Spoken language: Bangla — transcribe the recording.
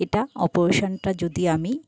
এটা অপরেশানটা যদি আমি